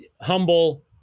humble